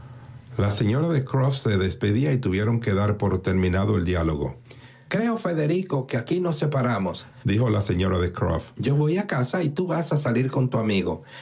la señora de croft se despedía y tuvieron que dar por terminado el diálogo creo federico que aquí nos separamosdijo la señora de croft yo voy a casa y tú vas a salir con tu amigo